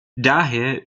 daher